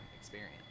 experience